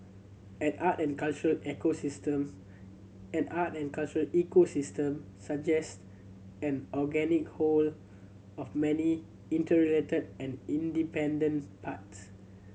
an art and cultural an art and cultural ecosystem suggest an organic whole of many interrelated and interdependent parts